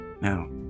Now